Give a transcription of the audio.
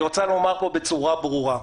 אני רוצה לומר פה בצורה ברורה,